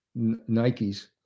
Nikes